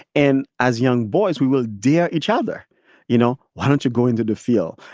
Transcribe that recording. and as young boys, we will dare each other you know, why don't you go into the field?